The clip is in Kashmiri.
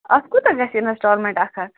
اَتھ کوٗتاہ گژھِ اِنَسٹالمٮ۪نٛٹ اَکھ اَکھ